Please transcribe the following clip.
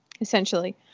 essentially